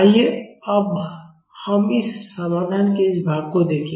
आइए अब हम इस समाधान के इस भाग को देखें